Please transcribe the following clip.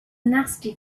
nasty